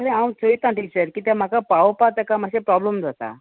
हांव चोयता टिचर किद्या म्हाका पावोपा तेका मात्शें प्रोब्लेम जाता